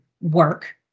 work